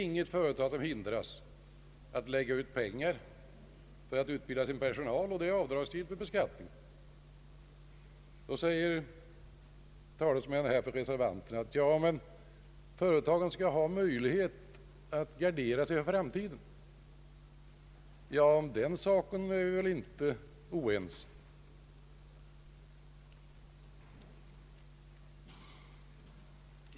Inga företag hindras att lägga ut pengar för att utbilda sin personal. Då säger talesmän för reservanterna att företagen skall ha möjlighet att gardera sig för framtiden. Ja, om den saken är vi väl inte oense.